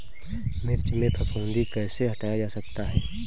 मिर्च में फफूंदी कैसे हटाया जा सकता है?